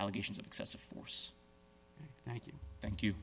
allegations of excessive force thank you